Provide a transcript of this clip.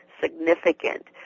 significant